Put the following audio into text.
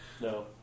No